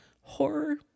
Horror